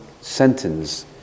sentence